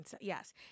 Yes